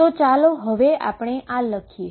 તો ચાલો હવે આ લખીએ